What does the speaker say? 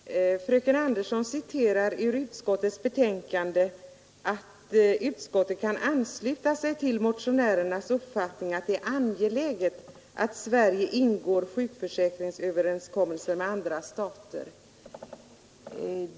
Herr talman! Fröken Anderson i Lerum citerade ur utskottets betänkande att utskottet kan ansluta sig till motionärernas uppfattning att det är angeläget att Sverige ingår sjukförsäkringsöverenskommelser med andra stater.